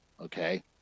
Okay